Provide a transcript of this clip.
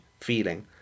feeling